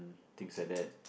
things like that